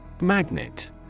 Magnet